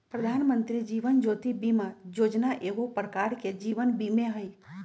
प्रधानमंत्री जीवन ज्योति बीमा जोजना एगो प्रकार के जीवन बीमें हइ